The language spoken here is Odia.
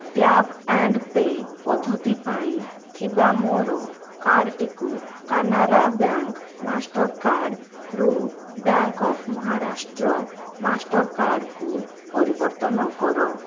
ଟ୍ୟାପ୍ ଆଣ୍ଡ ପେ' ପଦ୍ଧତି ପାଇଁ ଥିବା ମୋର କାର୍ଡ୍ଟିକୁ କାନାରା ବ୍ୟାଙ୍କ୍ ମାଷ୍ଟର୍କାର୍ଡ଼ରୁ ବ୍ୟାଙ୍କ୍ ଅଫ୍ ମହାରାଷ୍ଟ୍ର ମାଷ୍ଟର୍କାର୍ଡ଼କୁ ପରିବର୍ତ୍ତନ କର